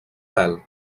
pèl